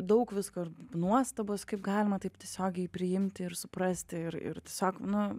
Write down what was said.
daug visko ir nuostabos kaip galima taip tiesiogiai priimti ir suprasti ir ir tiesiog nu